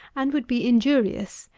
and would be injurious,